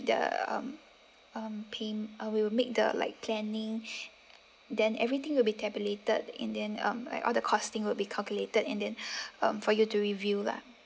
the um um plan uh we will make the like planning then everything will be tabulated and then um like all the costing would be calculated and then um for you to review lah